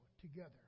together